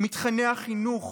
מתוכני החינוך